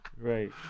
Right